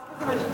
מאחר שזה משודר.